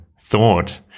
thought